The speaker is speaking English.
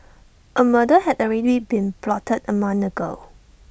A murder had already been plotted A month ago